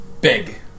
Big